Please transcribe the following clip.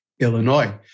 Illinois